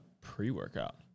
pre-workout